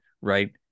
right